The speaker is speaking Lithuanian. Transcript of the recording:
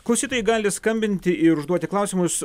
klausytojai gali skambinti ir užduoti klausimus